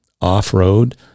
off-road